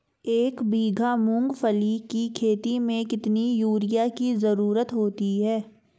एक बीघा मूंगफली की खेती में कितनी यूरिया की ज़रुरत होती है?